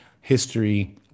history